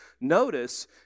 Notice